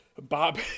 Bob